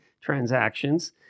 transactions